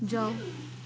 जाओ